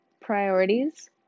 priorities